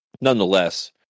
nonetheless